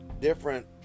different